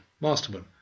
Masterman